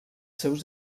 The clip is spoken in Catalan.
seus